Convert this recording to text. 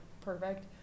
perfect